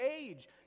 age